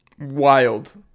wild